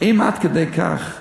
אם עד כדי כך,